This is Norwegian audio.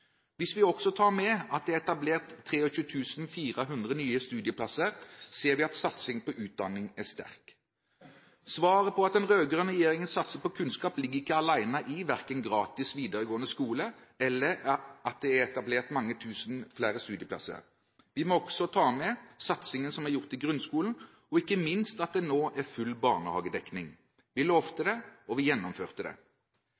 Hvis vi også tar med at det er etablert 23 400 nye studieplasser, ser vi at satsingen på utdanning er sterk. Svaret på at den rød-grønne regjeringen satser på kunnskap, ligger ikke alene i verken gratis videregående skole eller at det er etablert mange tusen flere studieplasser. Vi må også ta med satsingen som er gjort i grunnskolen, og ikke minst at det nå er full barnehagedekning. Vi lovte det,